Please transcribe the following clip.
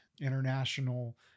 international